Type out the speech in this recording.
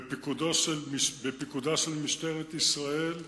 בפיקודה של משטרת ישראל,